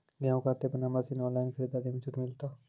गेहूँ काटे बना मसीन ऑनलाइन खरीदारी मे छूट मिलता?